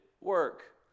work